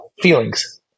feelings